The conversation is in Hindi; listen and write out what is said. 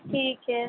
ठीक है